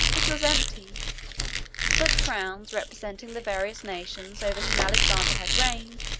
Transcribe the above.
it was empty but crowns, representing the various nations over whom alexander had reigned,